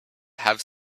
have